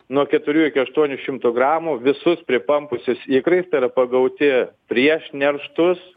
nuo keturių iki aštuonių šimtų gramų visus pripampusius ikrais tai yra pagauti prieš nerštus